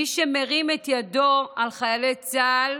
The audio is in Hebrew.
מי שמרים את ידו על חיילי צה"ל,